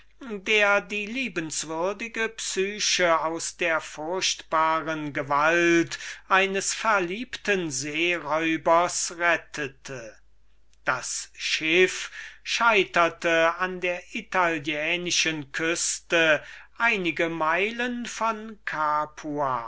der die liebenswürdige psyche aus der fürchterlichen gewalt eines verliebten seeräubers rettete das schiff scheiterte an der italienischen küste einige meilen von